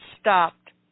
stopped